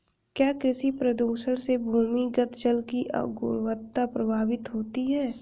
क्या कृषि प्रदूषण से भूमिगत जल की गुणवत्ता प्रभावित होती है?